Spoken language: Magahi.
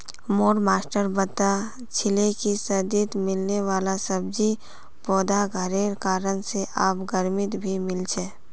मोर मास्टर बता छीले कि सर्दित मिलने वाला सब्जि पौधा घरेर कारण से आब गर्मित भी मिल छे